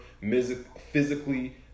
physically